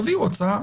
תביאו הצעה.